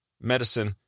medicine